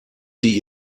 sie